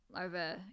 over